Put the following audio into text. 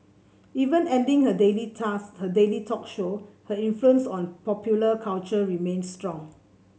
even ending her daily task her daily talk show her influence on popular culture remains strong